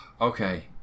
Okay